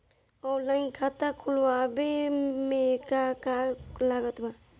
Online खाता खुलवावे मे का का लागत बा?